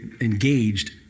engaged